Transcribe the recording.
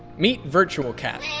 meet virtual cat,